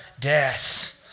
Death